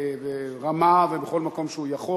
רמה ובכל מקום שהוא יכול,